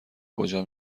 کجا